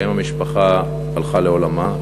אם המשפחה הלכה לעולמה.